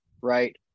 right